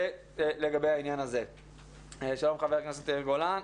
שלום חבר הכנסת יאיר גולן.